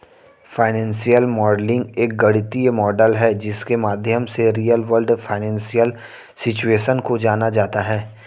financial modelling एक गणितीय model है जिसके माध्यम से रियल वर्ल्ड फाइनेंशियल सिचुएशन को जाना जाता है